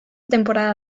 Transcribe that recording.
temporada